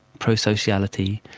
pro-sociality,